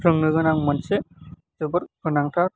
सोलोंनो गोनां मोनसे जोबोद गोनांथार